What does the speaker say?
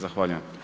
Zahvaljujem.